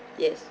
yes